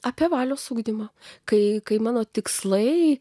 apie valios ugdymą kai mano tikslai